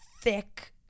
thick